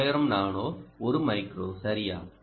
1000 nano ஒரு micro சரியா